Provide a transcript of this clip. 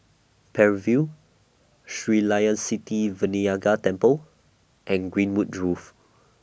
Parry View Sri Layan Sithi Vinayagar Temple and Greenwood Grove